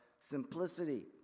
simplicity